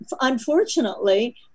unfortunately